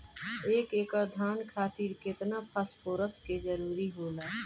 एक एकड़ धान खातीर केतना फास्फोरस के जरूरी होला?